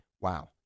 Wow